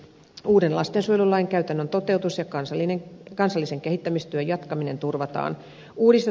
uuden lastensuojelulain käytännön toteutus ja kansallisen kehittämistyön jatkaminen turvataan